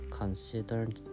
considered